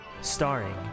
Starring